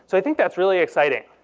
so think that's really exciting,